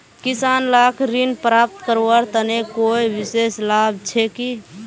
किसान लाक ऋण प्राप्त करवार तने कोई विशेष लाभ छे कि?